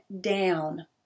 down